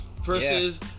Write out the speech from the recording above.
versus